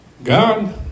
God